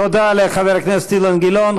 תודה לחבר הכנסת אילן גילאון.